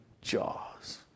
jaws